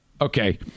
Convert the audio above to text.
okay